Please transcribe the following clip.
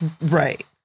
right